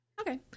Okay